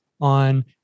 on